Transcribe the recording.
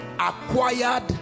acquired